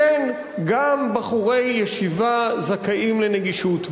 כן, גם בחורי ישיבה זכאים לנגישות.